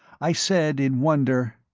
i said in wonder,